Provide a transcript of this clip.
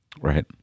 Right